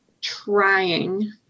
trying